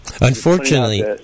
Unfortunately